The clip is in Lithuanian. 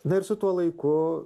na ir su tuo laiku